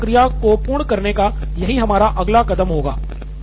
इस पूरी प्रक्रिया को पूर्ण करने का यही हमारा अगला कदम होगा